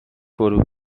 فرو